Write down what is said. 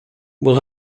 will